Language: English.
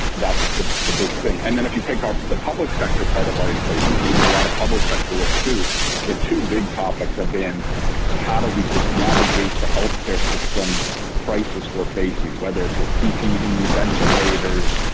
that's the the big thing. and then if you take out the public sector, part of our equation, because we do a lot of public sector work to the two big topics have been how do we just navigate the healthcare system crisis we're facing, whether it's with ppe ventilators,